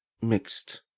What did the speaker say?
mixed